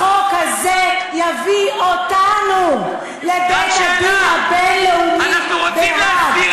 החוק הזה יביא אותנו לבית-הדין הבין-לאומי בהאג.